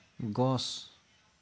গছ